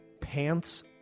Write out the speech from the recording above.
Pants